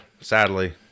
Sadly